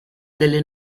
delle